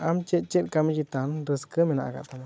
ᱟᱢ ᱪᱮᱫ ᱪᱮᱫ ᱠᱟᱹᱢᱤ ᱪᱮᱛᱟᱱ ᱨᱟᱹᱥᱠᱟᱹ ᱢᱮᱱᱟᱜ ᱟᱠᱟᱫ ᱛᱟᱢᱟ